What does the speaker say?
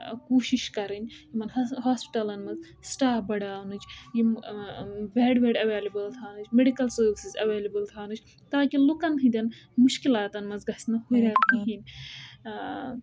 کوٗشِش کرٕنۍ یِمَن حض ہاسپِٹلن منٛز سِٹاپ بڈاونٕچ یِم بِیٚڈ وِیٚڈ ایولیبٕل تھاونٕچ میٚڈِکَل سٔروِسٕز ایولیبٕل تھاونٕچ تاکہِ لُکَن ہٕنٛدین مُشکلاتَن منٛز گژھِ نہٕ ہُرِیر